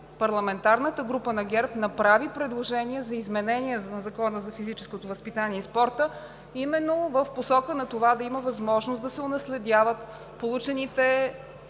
парламентарната група на ГЕРБ направи предложение за изменение на Закона за физическото възпитание и спорта, именно в посока на това да има възможност да се унаследяват получените